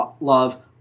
Love